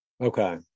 Okay